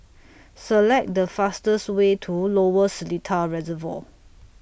Select The fastest Way to Lower Seletar Reservoir